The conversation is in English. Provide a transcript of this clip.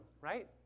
right